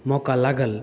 मौका लागल